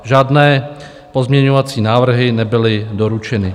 Žádné pozměňovací návrhy nebyly doručeny.